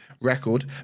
record